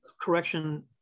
correction